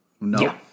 No